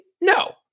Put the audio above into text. No